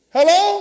Hello